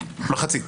גם מחליף